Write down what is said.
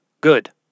Good